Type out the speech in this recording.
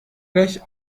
gleich